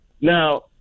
Now